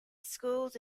schools